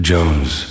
Jones